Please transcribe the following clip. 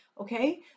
Okay